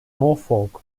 norfolk